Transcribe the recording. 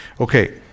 Okay